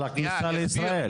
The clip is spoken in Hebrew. על הכניסה לישראל.